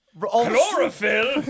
Chlorophyll